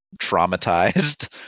traumatized